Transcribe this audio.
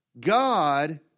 God